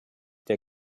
der